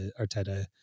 Arteta